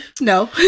No